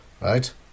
Right